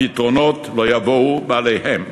הפתרונות לא יבואו מאליהם.